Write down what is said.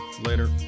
later